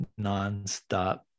nonstop